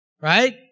right